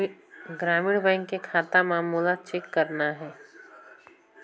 ग्रामीण बैंक के खाता ला मोला चेक करना हे?